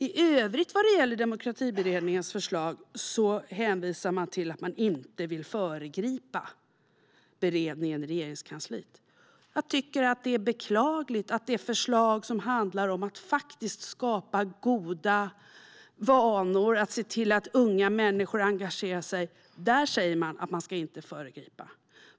I övrigt vad gäller Demokratiutredningens förslag hänvisar man till att man inte vill föregripa beredningen i Regeringskansliet. Det är beklagligt att när det gäller det förslag som handlar om att faktiskt skapa goda vanor och se till att unga människor engagerar sig säger man att man inte ska föregripa.